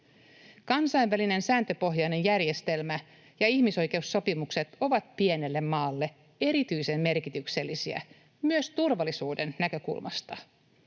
Kansainvälinen sääntöpohjainen järjestelmä ja ihmisoikeussopimukset ovat pienelle maalle erityisen merkityksellisiä myös turvallisuuden näkökulmasta.